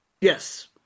Yes